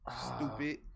Stupid